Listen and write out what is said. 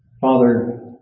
Father